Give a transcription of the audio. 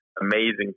amazing